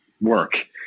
work